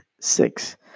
Six